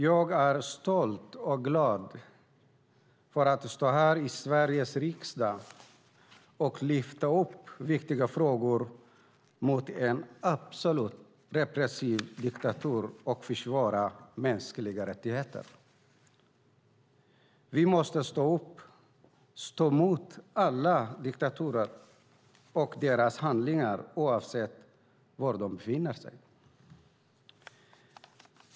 Jag är stolt och glad över att stå här i Sveriges riksdag och lyfta upp viktiga frågor mot en absolut repressiv diktatur och försvara mänskliga rättigheter. Vi måste stå upp mot alla diktatorer och deras handlingar oavsett var de befinner sig.